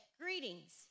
Greetings